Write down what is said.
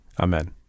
Amen